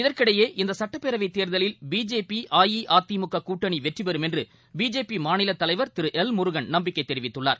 இதற்கிடையே இந்தசட்டப்பேரவைத் தேர்தலில் பிஜேபி அஇஅதிமுககூட்டணிவெற்றிபெறும் என்றுபிஜேபிமாநிலதலைவர் திருஎல் முருகன் நம்பிக்கைதெரிவித்துள்ளார்